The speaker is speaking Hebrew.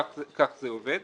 כך זה עובד.